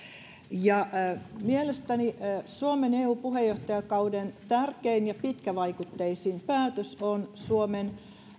mielestäni suomen eu puheenjohtajakauden tärkein ja pitkävaikutteisin päätös on suomen